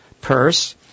purse